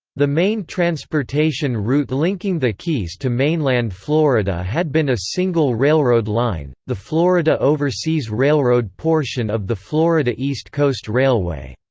the main transportation route linking the keys to mainland florida had been a single railroad line, the florida overseas railroad portion of the florida east coast railway.